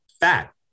fat